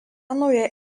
nauja